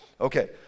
Okay